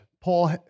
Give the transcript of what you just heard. Paul